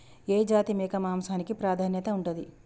ఏ జాతి మేక మాంసానికి ప్రాధాన్యత ఉంటది?